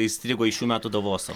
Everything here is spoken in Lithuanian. įstrigo iš šių metų davoso